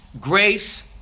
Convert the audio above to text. Grace